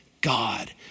God